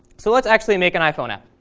so let's actually make an iphone app.